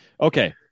Okay